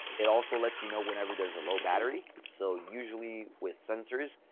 it also lets you know whenever there's a low battery. so usually, with sensors,